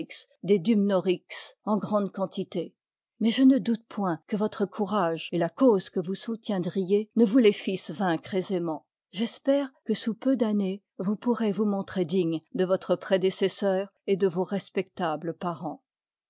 des dumnorix en grande quantité mais je ne doute point que votre coui rage et la cause que vous soutiendriez ne vous les fissent vaincre aisément j'espère que sous peu d'années vous pourrez vous montrer digne de votre prédéces seur et de vos respectables parens